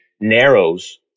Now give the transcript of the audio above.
narrows